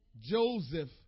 Joseph